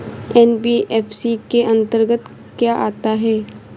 NBFC के अंतर्गत क्या आता है?